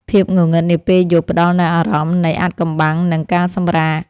ភាពងងឹតនាពេលយប់ផ្តល់នូវអារម្មណ៍នៃអាថ៌កំបាំង និងការសម្រាក។